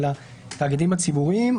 על התאגידים הציבוריים.